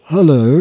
Hello